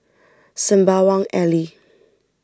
Sembawang Alley